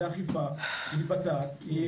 זה אכיפה שמתבצעת,